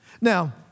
Now